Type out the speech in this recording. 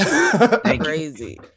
Crazy